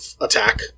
attack